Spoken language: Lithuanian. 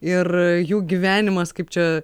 ir jų gyvenimas kaip čia